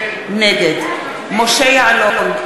נגד משה יעלון,